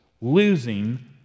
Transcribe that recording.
losing